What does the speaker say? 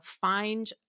find